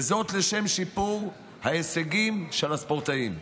וזאת לשם שיפור ההישגים של הספורטאים,